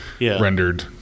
rendered